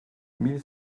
mille